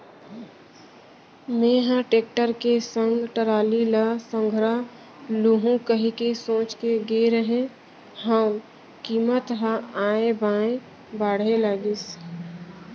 मेंहा टेक्टर के संग टराली ल संघरा लुहूं कहिके सोच के गे रेहे हंव कीमत ह ऑय बॉय बाढ़े लगिस